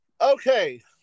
Okay